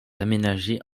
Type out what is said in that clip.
aménagées